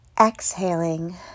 Exhaling